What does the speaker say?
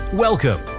Welcome